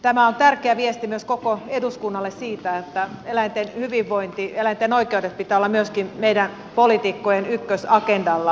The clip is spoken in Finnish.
tämä on tärkeä viesti myös koko eduskunnalle siitä että eläinten hyvinvoinnin eläinten oikeuksien pitää olla myöskin meidän poliitikkojen ykkösagendalla